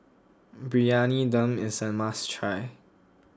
Briyani Dum is a must try